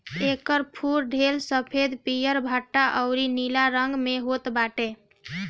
एकर फूल ढेर सफ़ेद, पियर, भंटा अउरी नीला रंग में होत बाटे